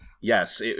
Yes